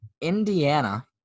Indiana